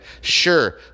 sure